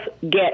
get